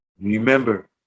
Remember